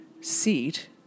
seat